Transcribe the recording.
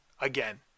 again